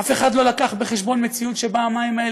אף אחד לא הביא בחשבון מציאות שבה המים האלה